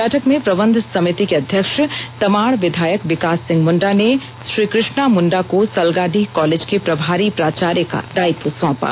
बैठक में प्रबंध समिति के अध्यक्ष तमाड़ विधायक विकास सिंह मुंडा ने श्रीकृष्णा मुंडा को सलगाडीह कॉलेज के प्रभारी प्राचार्य का दायित्व सौंपा